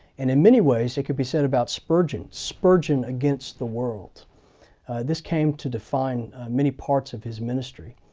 and in many ways it could be said about spurgeon, spurgeon against the world this came to define many parts of his ministry.